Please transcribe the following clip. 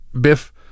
Biff